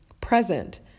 present